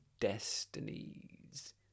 destinies